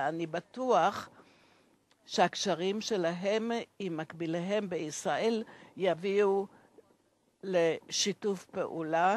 ואני בטוח שהקשרים שלהם עם מקביליהם בישראל יביאו לשיתוף פעולה